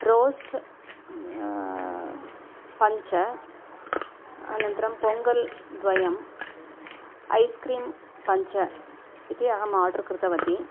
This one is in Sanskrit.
रोस्ट् पञ्च अनन्तरं पोङ्गल्द्वयं ऐस्क्रीम् पञ्च इति अहं आर्डर् कृतवती